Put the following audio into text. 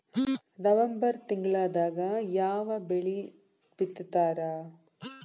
November ತಿಂಗಳದಾಗ ಯಾವ ಬೆಳಿ ಬಿತ್ತತಾರ?